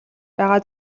байгаа